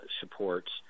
supports